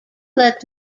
let